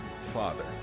father